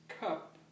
cup